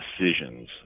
decisions